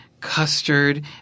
custard